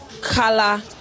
color